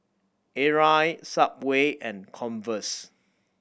Arai Subway and Converse